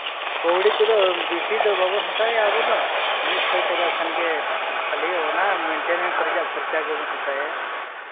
ᱠᱟᱹᱣᱰᱤ ᱠᱚᱫᱚ ᱵᱮᱥᱤᱫᱚ ᱵᱟᱵᱚᱱ ᱦᱟᱛᱟᱣᱮᱫᱼᱟ ᱟᱵᱚᱫᱚ ᱢᱤᱫᱥᱟᱭ ᱴᱟᱠᱟ ᱠᱷᱟᱱᱜᱮ ᱠᱷᱟᱹᱞᱤ ᱚᱱᱟ ᱢᱮᱱᱴᱮᱱᱮᱱᱥ ᱨᱮᱱᱟᱜ ᱠᱷᱚᱨᱪᱟ ᱜᱮᱵᱚᱱ ᱦᱟᱛᱟᱣᱮᱫᱼᱟ